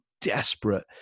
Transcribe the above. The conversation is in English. desperate